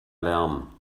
lärm